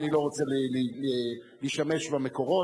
אני לא רוצה להשתמש במקורות,